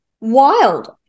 Wild